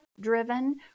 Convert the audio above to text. driven